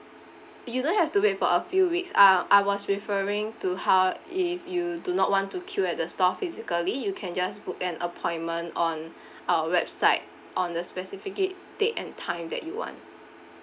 you don't have to wait for a few weeks uh I was referring to how if you do not want to queue at the store physically you can just book an appointment on our website on the specific date and time that you want